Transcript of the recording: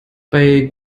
bei